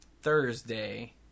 thursday